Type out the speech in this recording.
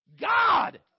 God